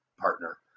partner